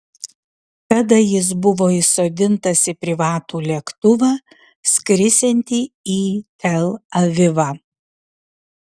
tada jis buvo įsodintas į privatų lėktuvą skrisiantį į tel avivą